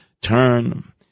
turn